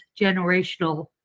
generational